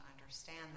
understand